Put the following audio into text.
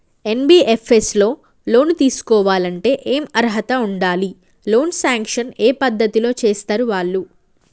NBFS లో loan తీస్కోవాలంటే ఏం అర్హత ఉండాలి? లోన్ సాంక్షన్ ఏ పద్ధతి లో చేస్తరు వాళ్లు?